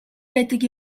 байдаг